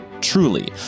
Truly